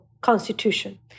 constitution